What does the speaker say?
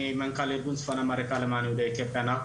אני מנכ"ל ארגון למען יהודים יוצאי אתיופיה.